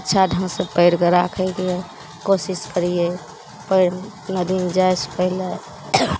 अच्छा ढङ्गसे पाएरके राखैके यऽ कोशिश करिए पाएर नदीमे जाइसे पहिले